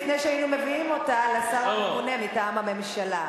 לפני שהיינו מביאים אותה לשר הממונה מטעם הממשלה.